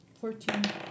Fourteen